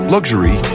Luxury